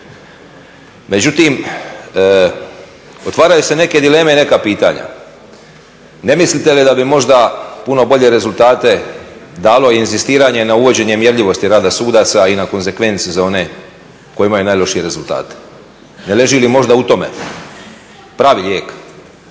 Međutim, otvaraju se neke dileme i neka pitanja. Ne mislite li da bi možda puno bolje rezultate dalo inzistiranje na uvođenje mjerljivosti rada sudaca i na … za one koji imaju najlošije rezultate? Ne leži li možda u tome pravi lijek